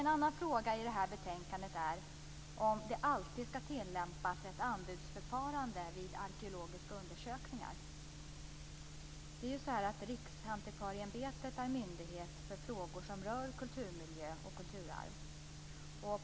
En annan fråga i betänkandet är om det alltid skall tillämpas ett anbudsförfarande vid arkeologiska undersökningar. Riksantikvarieämbetet är myndigheten för frågor som rör kulturmiljö och kulturarv.